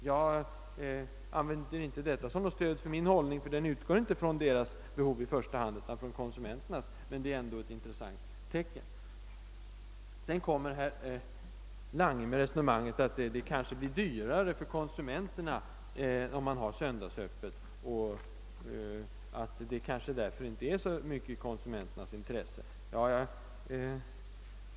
Jag använder inte detta som stöd för min hållning, ty den utgår inte från deras behov i första hand utan från konsumenternas, men det är ändå ett intressant tecken. Herr Lange för sedan resonemanget att det kanske blir dyrare för konsumenterna om man har söndagsöppet och att det kanske därför inte ligger så mycket i konsumenternas intresse.